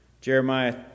Jeremiah